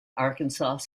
arkansas